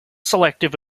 selective